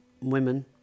women